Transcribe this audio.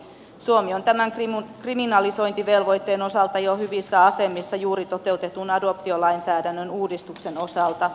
suomi on tämän kriminalisointivelvoitteen osalta jo hyvissä asemissa juuri toteutetun adoptiolainsäädännön uudistuksen osalta